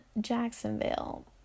Jacksonville